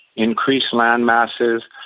increased land masses,